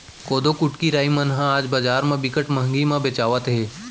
कोदो, कुटकी, राई मन ह आज बजार म बिकट महंगी म बेचावत हे